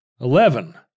eleven